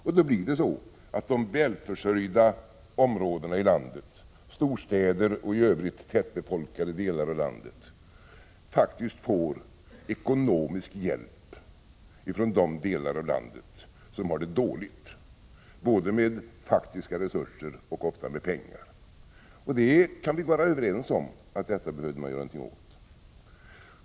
Detta leder till att välförsörjda områden i landet, storstäder och tätbefolkade delar av landet, faktiskt får ekonomisk hjälp från de delar av landet som har det dåligt både i fråga om faktiska resurser och ofta i fråga om pengar. Vi kan vara överens om att vi behövde göra någonting åt detta problem.